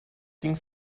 ding